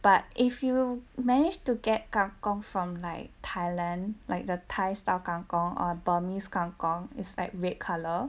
but if you managed to get kang kong from like thailand like the thai style kang kong or burmese kang kong is like red colour